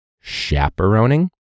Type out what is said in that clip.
chaperoning